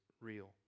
real